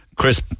Chris